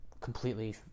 completely